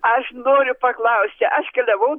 aš noriu paklausti aš keliavau